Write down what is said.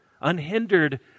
unhindered